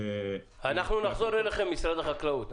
אנחנו נחזור אליכם משרד הבריאות.